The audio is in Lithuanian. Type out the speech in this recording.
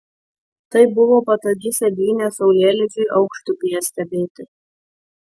tai buvo patogi sėdynė saulėlydžiui aukštupyje stebėti